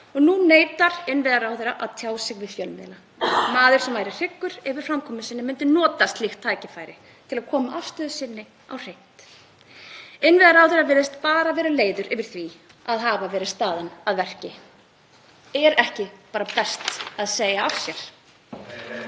og nú neitar innviðaráðherra að tjá sig við fjölmiðla. Maður sem væri hryggur yfir framkomu sinni myndi nota slíkt tækifæri til að koma afstöðu sinni á hreint. Innviðaráðherra virðist bara vera leiður yfir því að hafa verið staðinn að verki. Er ekki bara best að segja af sér?